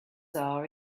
are